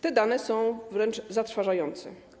Te dane są wręcz zatrważające.